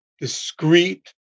discrete